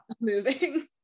moving